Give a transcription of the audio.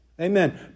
Amen